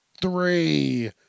three